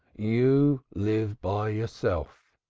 you live by yourself.